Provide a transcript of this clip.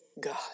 God